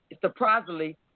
surprisingly